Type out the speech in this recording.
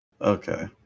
Okay